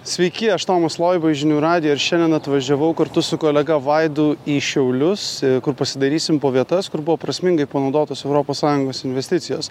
sveiki aš tomas loiba iš žinių radijo ir šiandien atvažiavau kartu su kolega vaidu į šiaulius kur pasidairysim po vietas kur buvo prasmingai panaudotos europos sąjungos investicijos